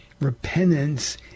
Repentance